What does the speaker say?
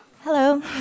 Hello